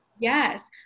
Yes